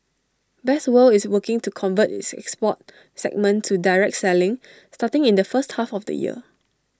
best world is working to convert its export segment to direct selling starting in the first half of the year